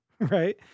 Right